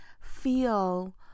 feel